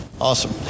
Awesome